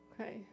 Okay